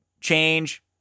change